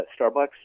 Starbucks